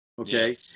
okay